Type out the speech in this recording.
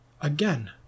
Again